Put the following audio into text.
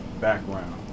background